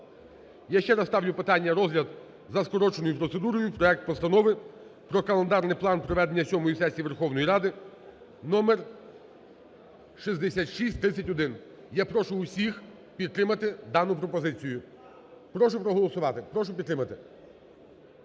я ще раз ставлю питання розгляд за скороченою процедурою проект Постанови про календарний план проведення сьомої сесії Верховної Ради України (№ 6631). Я прошу всіх підтримати дану пропозицію. Прошу проголосувати, прошу підтримати,